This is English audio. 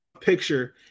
picture